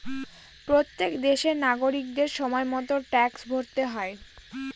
প্রত্যেক দেশের নাগরিকদের সময় মতো ট্যাক্স ভরতে হয়